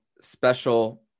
special